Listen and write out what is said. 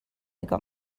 got